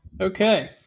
Okay